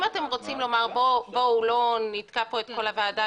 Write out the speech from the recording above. אם אתם רוצים לומר בואו לא נתקע פה את הוועדה,